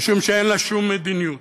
משום שאין לה שום מדיניות.